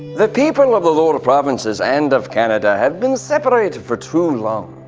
the people of the lower provinces and of canada have been separated for too long.